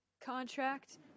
contract